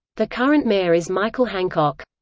the current mayor is michael hancock.